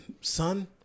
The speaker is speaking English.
son